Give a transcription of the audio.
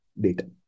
data